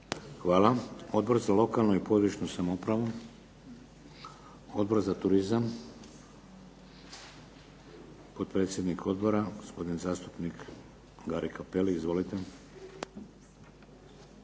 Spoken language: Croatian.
Hvala. Odbor za lokalnu i područnu samoupravu? Odbor za turizam? Potpredsjednik odbora, gospodin zastupnik Gari Cappelli, izvolite.